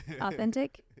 Authentic